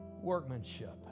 workmanship